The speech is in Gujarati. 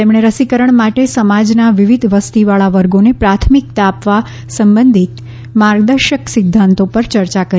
તેમણે રસીકરણ માટે સમાજના વિવિધ વસ્તીવાળા વર્ગોને પ્રાથમિકતા આપવા સંબંધી માર્ગદર્શક સિધ્ધાંતો પર ચર્ચા કરી